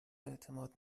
اعتماد